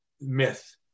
myth